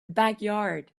backyard